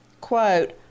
quote